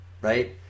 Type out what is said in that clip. right